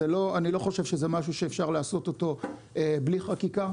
אני לא חושב שזה משהו שאפשר לעשות אותו בלי חקיקה.